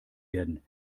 werden